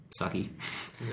sucky